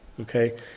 Okay